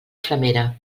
flamera